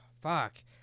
fuck